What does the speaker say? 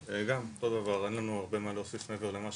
אותו דבר, אין לנו הרבה מה להוסיף, מעבר למה